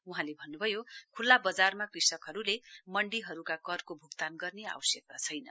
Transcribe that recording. वहाँले भन्नुभयो खुल्ला बजारमा कृषकहरूले मन्डीहरूका करको भुक्तान गर्ने आवश्यकता छैन